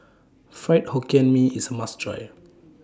Fried Hokkien Mee IS A must Try